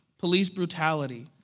police brutality,